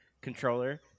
controller